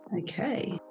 okay